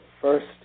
first